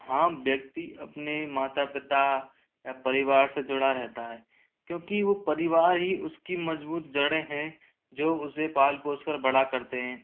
हाँ व्यक्ति अपने माता पिता परिवार से जुड़ा रहता है क्योंकि वह परिवार ही उसकी मजबूत जड़े हैं जो उसे पाल पोष कर बड़ा करते हैं